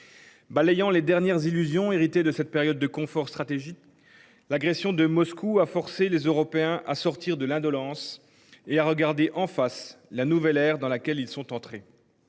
Balayant les dernières illusions hérité de cette période de confort stratégique. L'agression de Moscou a forcé les Européens à sortir de l'indolence et à regarder en face la nouvelle ère dans laquelle ils sont entrés.